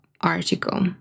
article